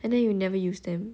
and then you never use them